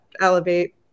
elevate